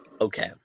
Okay